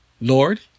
Lord